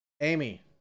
Amy